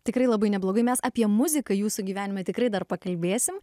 tikrai labai neblogai mes apie muziką jūsų gyvenime tikrai dar pakalbėsime